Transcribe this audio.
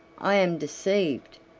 i am deceived,